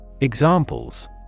Examples